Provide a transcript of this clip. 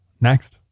next